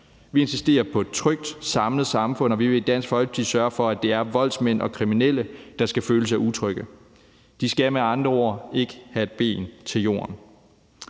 Vi insisterer på et trygt samlet samfund, og vi vil i Dansk Folkeparti sørge for, at det er voldsmænd og kriminelle, der skal føle sig utrygge. De skal med andre ord ikke have et ben til jorden.